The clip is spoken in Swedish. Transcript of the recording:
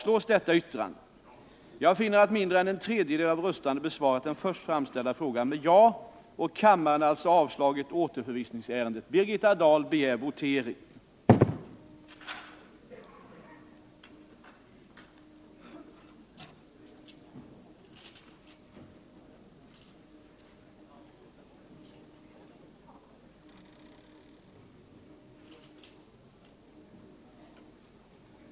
Jag erinrar om att det i 4 kap. 9 § riksdagsordningen föreskrives följande: ”Ärende, i vilket utskott har avgivit betänkande, skall från kammaren återförvisas till utskottet för ytterligare beredning, om minst en tredjedel av de röstande ansluter sig till yrkande om det.”